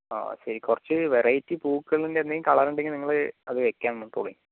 ആ ശരി കുറച്ച് വെറൈറ്റീ പൂകള് എന്തെങ്കിലും കളർ ഉണ്ടെങ്കിൽ നിങ്ങൾ അത് വെയ്ക്കാം